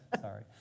Sorry